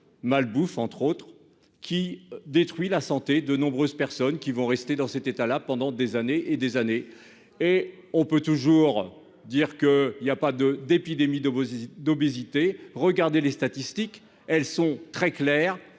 malbouffe qui détruit la santé de nombreuses personnes qui resteront dans cet état pendant des années et des années. On peut toujours dire qu'il n'y a pas d'épidémie d'obésité, les statistiques sont très claires